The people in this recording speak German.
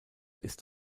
ist